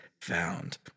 found